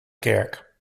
kerk